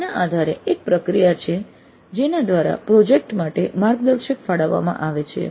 તેથી તેના આધારે એક પ્રક્રિયા છે જેના દ્વારા પ્રોજેક્ટ માટે માર્ગદર્શક ફાળવવામાં આવે છે